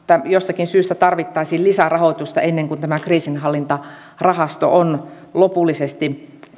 jostakin syystä tarvittaisiin lisärahoitusta ennen kuin tämä kriisinhallintarahasto on lopullisesti